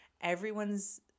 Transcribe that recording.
Everyone's